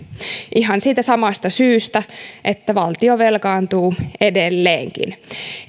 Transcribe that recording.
ihan siitä samasta syystä että valtio velkaantuu edelleenkin